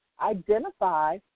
identify